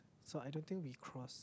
so I don't think we crossed